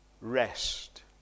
rest